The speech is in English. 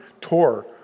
tore